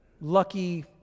lucky